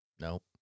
Nope